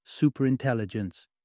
superintelligence